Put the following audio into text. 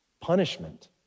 punishment